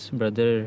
brother